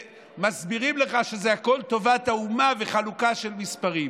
ומסבירים לך שזה הכול טובת האומה וחלוקה של מספרים.